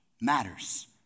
matters